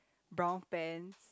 brown pants